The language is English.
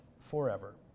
forever